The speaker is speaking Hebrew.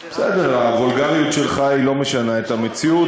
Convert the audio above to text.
בסדר, הוולגריות שלך אינה משנה את המציאות.